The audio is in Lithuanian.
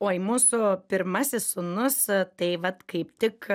oi mūsų pirmasis sūnus tai vat kaip tik